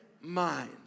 Mind